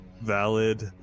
valid